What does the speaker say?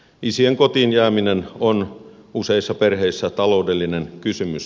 isien kotiin jääminen on useissa perheissä taloudellinen kysymys